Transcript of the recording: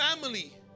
family